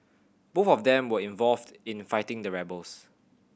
both of them were involved in fighting the rebels